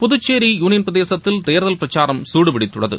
Puducherry union பிரதேசத்தில் தேர்தல் பிரச்சாரம் சூடுபிடித்துள்ளது